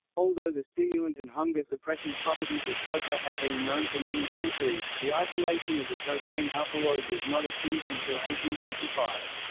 although the stimulant and hunger-suppressant properties of coca had been known for many centuries, the isolation of the cocaine alkaloid was not achieved until fifty five.